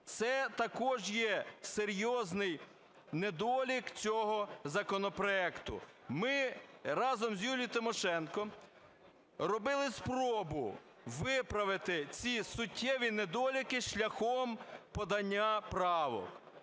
Це також є серйозний недолік цього законопроекту. Ми разом з Юлією Тимошенко робили спробу виправити ці суттєві недоліки шляхом подання правок.